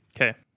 Okay